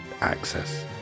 access